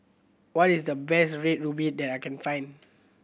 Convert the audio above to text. what is the best Red Ruby that I can find